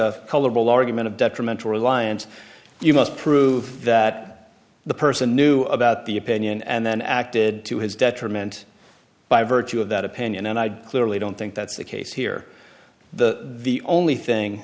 colorable argument of detrimental reliance you must prove that the person knew about the opinion and then acted to his detriment by virtue of that opinion and i clearly don't think that's the case here the the only thing